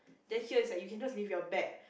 then here is like you can just leave your bag